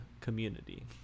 community